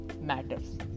matters